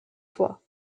fois